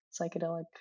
psychedelic